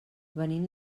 venim